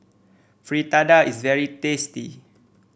fritada is very tasty